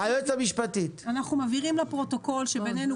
אנחנו מבהירים לפרוטוקול שבעינינו